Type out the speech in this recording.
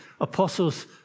apostles